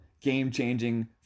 game-changing